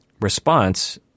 response